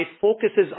focuses